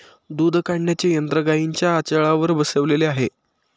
दूध काढण्याचे यंत्र गाईंच्या आचळावर बसवलेले आहे